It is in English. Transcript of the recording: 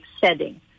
setting